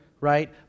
right